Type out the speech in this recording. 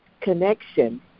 connection